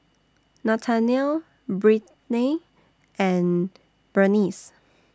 Nathanael Brittnay and Bernice